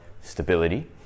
stability